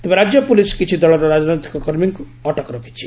ତେବେ ରାଜ୍ୟ ପୁଲିସ୍ କିଛି ଦଳର ରାଜନୈତିକ କର୍ମୀଙ୍କୁ ଅଟକ ରଖିଛି